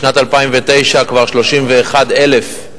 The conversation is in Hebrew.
בשנת 2009, כבר 31,000,